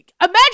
imagine